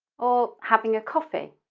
or having a coffee.